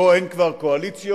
בו אין כבר קואליציות,